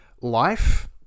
life